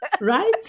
Right